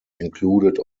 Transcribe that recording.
included